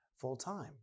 full-time